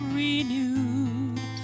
renewed